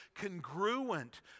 congruent